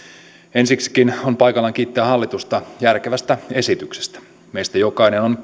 ensiksikin on paikallaan kiittää hallitusta järkevästä esityksestä meistä jokainen on